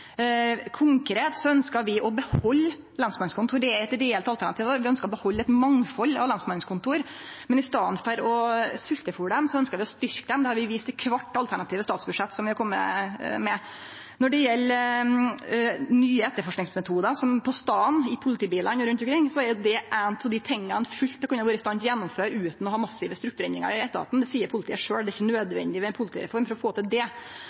Konkret ønskjer vi å behalde lensmannskontora. Det er eit reelt alternativ. Vi ønskjer å behalde eit mangfald av lensmannskontor, men i staden for å sveltefôre dei ønskjer vi å styrkje dei. Det har vi vist i alle dei alternative statsbudsjetta som vi har kome med. Når det gjeld nye etterforskingsmetodar, på staden og i politibilane rundt omkring, er det av dei tinga ein fullt ut kunne vore i stand til å gjennomføre utan å ha massive strukturendringar i etaten. Det seier politiet sjølv. Det er ikkje nødvendig med ei politireform for å få til det.